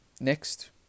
next